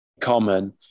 common